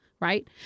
Right